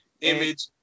image